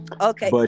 Okay